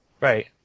Right